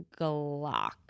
Glock